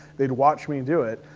they'd watch me and do it,